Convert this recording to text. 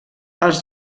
els